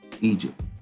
Egypt